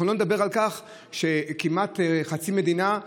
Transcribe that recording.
אנחנו לא נדבר על כך שכמעט חצי מדינה,